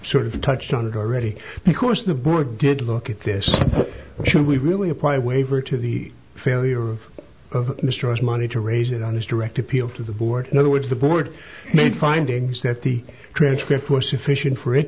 sort of touched on it already the course the board did look at this should we really apply a waiver to the failure of mistrusts money to raise it on his direct appeal to the board in other words the board made findings that the transcripts were sufficient for it